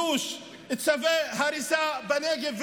ישראל ויחידת יואב בנגב על חידוש צווי הריסה בנגב,